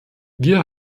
wir